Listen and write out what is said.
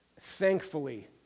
Thankfully